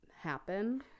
happen